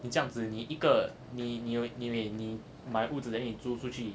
你这样子你一个你你有你 wait 你买屋子 then 你租出去